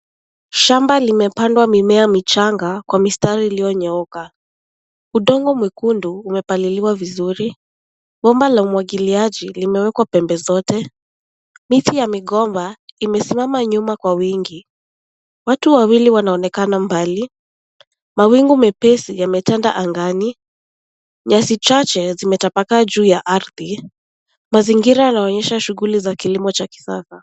Shamba limepandwa mimea michanga kwa mistari iliyonyauka. Udongo mwekundu umepaliliwa vizuri. Bomba la umwagiliaji limewekwa pembe zote. Miti ya migomba imesimama nyuma kwa wingi. Watu wawili wanaonekana mbali. Mawingu mepesi yametanda angani. Nyasi chache zimetapakaa juu ya ardhi. Mazingira yanaonyesha shughuli za kilimo cha kisasa.